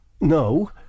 No